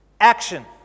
action